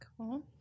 Cool